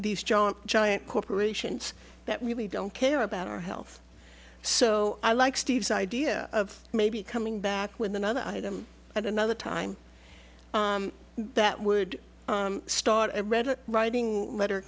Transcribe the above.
these giant giant corporations that really don't care about our health so i like steve's idea of maybe coming back with another item at another time that would start i read it writing a letter